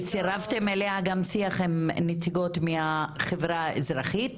וצירפתם אליה גם שיח עם נציגות מהחברה האזרחית.